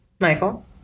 Michael